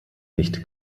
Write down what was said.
nicht